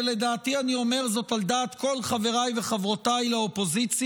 ולדעתי אני אומר זאת על דעת כל חבריי וחברותיי לאופוזיציה: